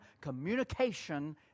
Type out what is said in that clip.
communication